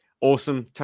awesome